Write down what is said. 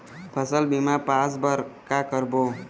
फसल बीमा पास बर का करबो?